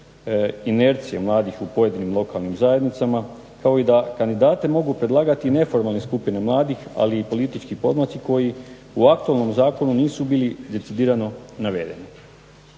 inercije mladih u pojedinim lokalnim zajednicama, kao i da kandidate mogu predlagati neformalne skupine mladih, ali i politički pomaci koji u aktualnom zakonu nisu bili decidirano navedeni.